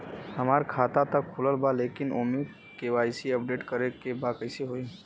हमार खाता ता खुलल बा लेकिन ओमे के.वाइ.सी अपडेट करे के बा कइसे होई?